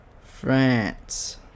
France